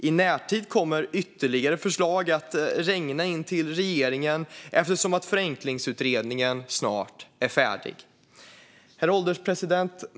I närtid kommer ytterligare förslag att regna in till regeringen eftersom Förenklingsutredningen snart är färdig. Herr ålderspresident!